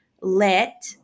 let